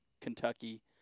Kentucky